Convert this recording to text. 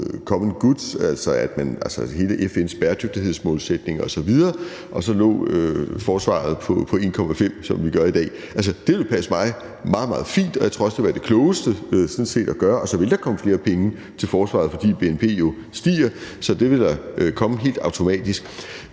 common goods, altså hele FN's bæredygtighedsmålsætning osv., mens forsvaret så lå på 1,5 pct., som det gør i dag. Det ville passe mig meget, meget fint, og jeg tror sådan set også, det ville være det klogeste at gøre, og så ville der komme flere penge til forsvaret, fordi bnp jo stiger – det ville der komme helt automatisk.